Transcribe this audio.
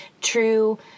true